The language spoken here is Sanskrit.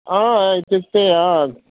इत्युक्ते